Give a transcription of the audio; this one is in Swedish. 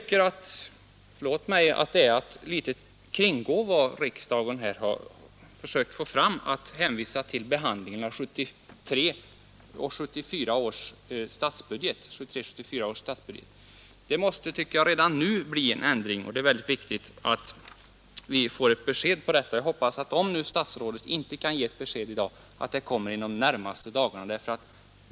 Förlåt mig om jag tycker att det är att kringgå vad riksdagen här har försökt åstadkomma när man hänvisar till prövningen av anslagsfrågorna för budgetåret 1973/74. Det måste redan nu komma till stånd en ändring. Det är viktigt att vi får ett besked på den punkten. Eftersom nu inte statsrådet Odhnoff kan lämna det i dag hoppas jag att det kommer inom de närmaste dagarna.